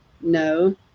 no